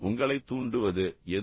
உங்களைத் தூண்டுவது எது